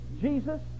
Jesus